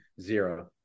zero